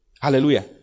Hallelujah